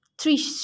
three